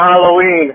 Halloween